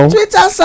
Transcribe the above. Twitter